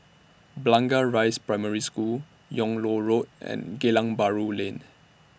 Blangah Rise Primary School Yung Loh Road and Geylang Bahru Lane